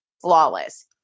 flawless